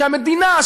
שהמדינה,